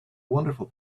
wonderful